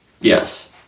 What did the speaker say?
Yes